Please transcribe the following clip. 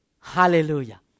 Hallelujah